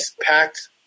packed